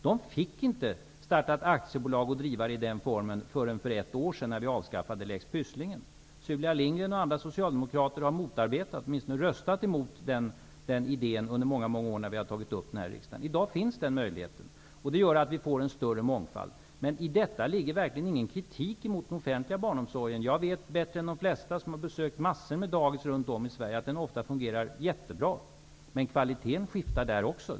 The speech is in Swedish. Där fick inte personalen starta ett aktiebolag och driva daghemmet i den formen förrän för ett år sedan, då vi avskaffade lex Pysslingen. Sylvia Lindgren och andra socialdemokrater har under många motarbetat eller åtminstone röstat emot denna idé, när den har tagits upp i riksdagen. I dag finns den möjligheten, vilket gör att mångfalden är större. Men detta innebär verkligen ingen kritik mot den offentliga barnomsorgen. Jag, som har besökt massor av dagis runt om i Sverige, vet att den offentliga barnomsorgen ofta fungerar jättebra, men kvaliteten skiftar också där.